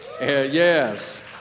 yes